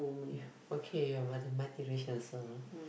ya okay your mother multiracial also